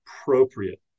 appropriate